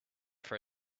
for